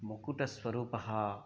मुकुटस्वरूपः